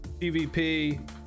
PVP